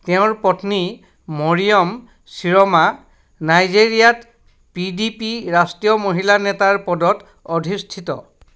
তেওঁৰ পত্নী Maryam Ciroma নাইজেৰিয়াত পি ডি পি ৰাষ্ট্ৰীয় মহিলা নেতাৰ পদত অধিষ্ঠিত